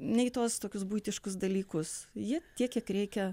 nei tuos tokius buitiškus dalykus jie tiek kiek reikia